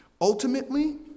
Ultimately